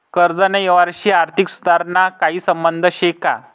कर्जना यवहारशी आर्थिक सुधारणाना काही संबंध शे का?